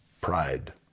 pride